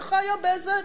שחיה באיזה